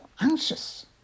anxious